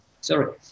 Sorry